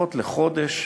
לפחות לחודש,